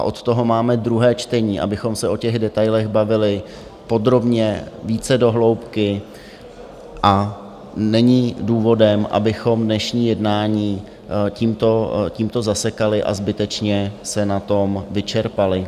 Od toho máme druhé čtení, abychom se o těch detailech bavili podrobně, více do hloubky, a není důvodem, abychom dnešní jednání tímto zasekali a zbytečně se na tom vyčerpali.